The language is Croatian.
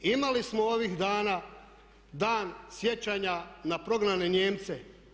Imali smo ovih dana Dan sjećanja na prognane Nijemce.